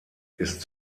ist